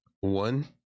one